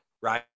right